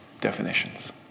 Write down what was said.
definitions